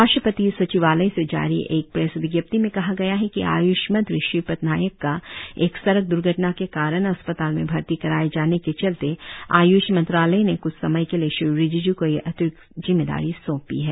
राष्ट्रीय सचिवालय से जारी एक प्रेस विजप्ती में कहा गया है की आय्ष मंत्री श्रीपद नायक का एक सड़क द्र्घटना के कारण अस्पताल में भर्ती कराए जाने के चलते आय्ष मंत्रालय ने क्छ समय के लिए श्री रिजिज् को यह अतिरिक्त जिम्मेदारी सौंपी है